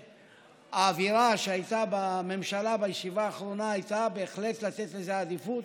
האווירה שהייתה בממשלה בישיבה האחרונה הייתה בהחלט לתת לזה עדיפות,